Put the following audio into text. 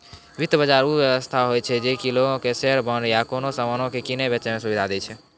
वित्त बजार उ व्यवस्था होय छै जे कि लोगो के शेयर, बांड या कोनो समानो के किनै बेचै मे सुविधा दै छै